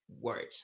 word